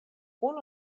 unu